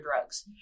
drugs